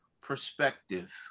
perspective